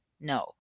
No